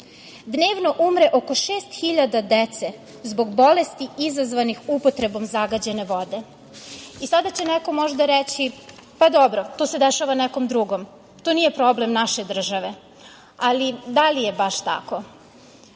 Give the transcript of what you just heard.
sveta. Dnevno umre oko šest hiljada dece zbog bolesti izazvanih upotrebom zagađene vode. Sada će možda neko reći, pa dobro, to se dešava nekom drugom, to nije problem naše države, ali da li je baš tako.